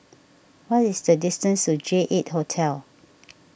what is the distance to J eight Hotel